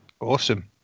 Awesome